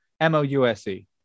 M-O-U-S-E